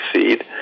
succeed